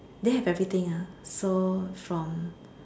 there have everything ah so from